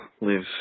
live